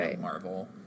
Marvel